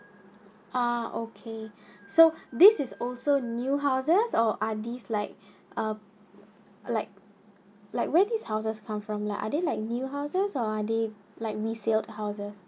ah okay so this is also new houses or are these like uh like like when these houses come from like are they like new houses or are they like resale houses